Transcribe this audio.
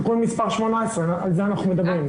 תיקון מס' 18. על זה אנחנו מדברים.